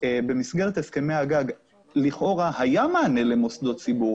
אבל במסגרת הסכמי הגג לכאורה היה מענה למוסדות ציבור